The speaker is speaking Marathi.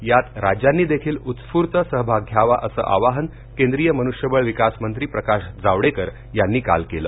यात राज्यांनीदेखील उत्स्फूर्त सहभाग घ्यावा असं आवाहन केंद्रीय मनुष्यबळ विकासमंत्री प्रकाश जावडेकर यांनी काल केलं